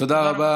תודה רבה.